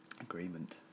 Agreement